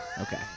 Okay